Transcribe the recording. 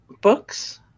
books